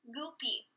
goopy